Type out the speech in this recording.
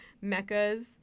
Mecca's